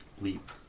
leap